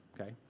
okay